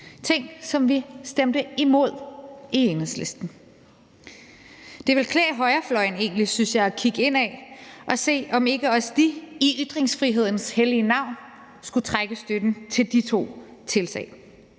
Enhedslisten stemte imod. Det ville egentlig klæde højrefløjen, synes jeg, at kigge indad og se, om de ikke også i ytringsfrihedens hellige navn skulle trække støtten til de to tiltag.